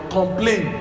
Complain